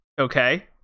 okay